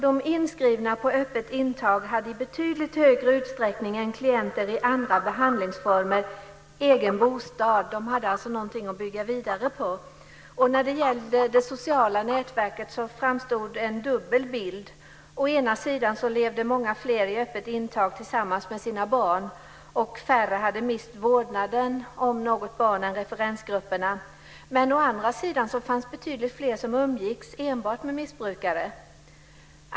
De inskrivna på öppet intag hade i betydligt större utsträckning än klienter i andra behandlingsformer egen bostad; de hade alltså någonting att bygga vidare på. När det gällde det sociala nätverket framstod en dubbel bild. Å ena sidan levde många fler i öppet intag tillsammans med sina barn, och färre hade mist vårdnaden om något barn än i referensgrupperna. Å andra sidan fanns det betydligt fler som umgicks enbart med missbrukare.